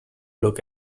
look